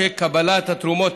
סעיפים 1 4 נתקבלו.